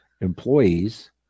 employees